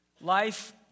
Life